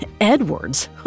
Edwards